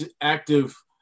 active